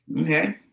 Okay